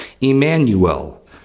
Emmanuel